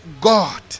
God